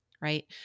right